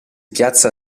piazza